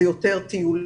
אלה יותר טיולים,